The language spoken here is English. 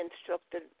instructed